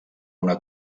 una